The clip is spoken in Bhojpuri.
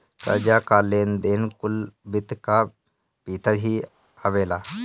कर्जा कअ लेन देन कुल वित्त कअ भितर ही आवेला